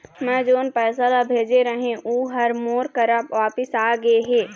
मै जोन पैसा ला भेजे रहें, ऊ हर मोर करा वापिस आ गे हे